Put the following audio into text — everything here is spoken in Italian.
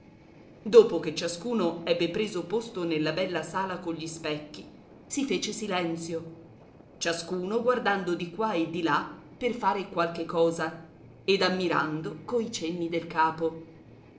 dopo che ciascuno ebbe preso posto nella bella sala cogli specchi si fece silenzio ciascuno guardando di qua e di là per fare qualche cosa ed ammirando coi cenni del capo